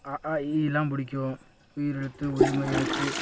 அ ஆ இ லாம் பிடிக்கும் உயிரெழுத்து உயிர் மெய் எழுத்து